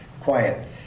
quiet